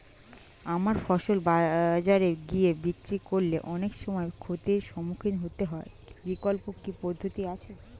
আমার ফসল বাজারে গিয়ে বিক্রি করলে অনেক সময় ক্ষতির সম্মুখীন হতে হয় বিকল্প কি পদ্ধতি আছে?